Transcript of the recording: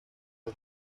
for